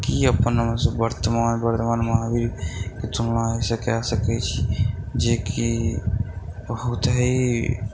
की अपन वर्धमान महावीरके तुलना एहिसँ कए सकै छी जेकि बहुत ही